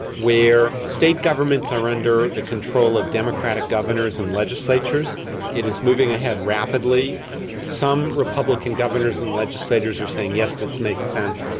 where state governments are under the control of democratic governors and legislators it is moving ahead rapidly some republican governors and legislators are saying yes, this makes sense,